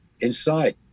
inside